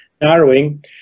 narrowing